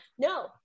no